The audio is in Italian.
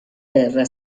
terra